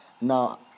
now